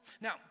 Now